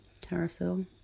carousel